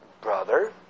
brother